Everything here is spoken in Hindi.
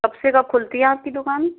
कब से कब खुलती है आपकी दुकान